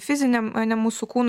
fiziniam ane mūsų kūnui